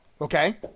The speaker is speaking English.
okay